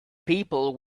people